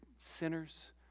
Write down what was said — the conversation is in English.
sinners